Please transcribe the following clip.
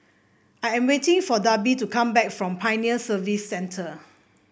I am waiting for Darby to come back from Pioneer Service Centre